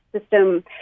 system